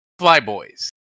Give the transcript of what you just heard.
Flyboys